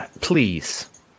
please